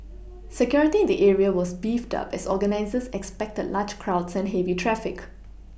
security in the area was beefed up as organisers expected large crowds and heavy traffic